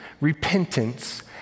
repentance